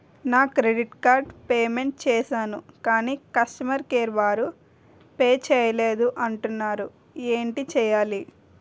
నా credit card payment చేసాను కాని కస్టమర్ కేర్ వారు పే చేయలేదు అంటున్నారు ఏంటి చేయాలి?